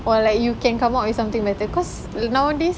or like you can come up with something better cause nowadays